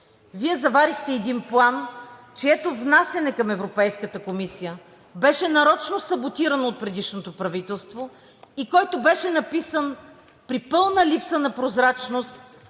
Вие заварихте един план, чието внасяне към Европейската комисия беше нарочно саботирано от предишното правителство и който беше написан при пълна липса на прозрачност